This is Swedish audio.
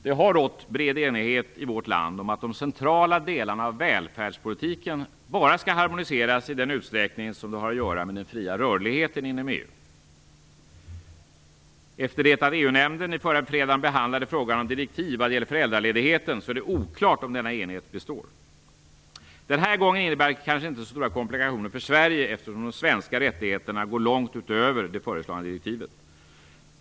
Det har rått bred enighet i vårt land om att de centrala delarna av välfärdspolitiken bara skall harmoniseras i den utsträckning som har att göra med den fria rörligheten inom EU. Efter det att EU-nämnden förra fredagen behandlade frågan om direktiv vad gäller föräldraledigheten är det oklart om denna enighet består. Denna gång innebär detta kanske inte så stora komplikationer för Sverige, eftersom de svenska rättigheterna går långt utöver det föreslagna direktivets.